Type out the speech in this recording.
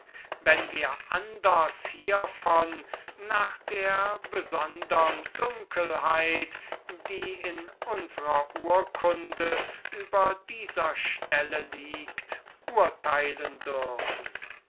wenn wir anders hievon nach der besondern dunkelheit die in unsrer urkunde über diese stelle liegt urteilen dürfen